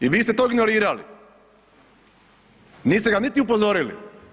I vi ste to ignorirali, niste ga niti ni upozorili.